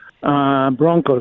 Broncos